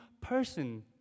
person